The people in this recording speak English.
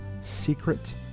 secret